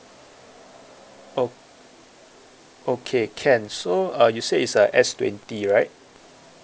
o~ okay can so uh you say is a S twenty right